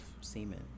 semen